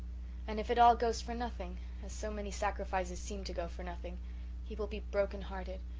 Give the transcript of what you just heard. and if it all goes for nothing as so many sacrifices seem to go for nothing he will be brokenhearted,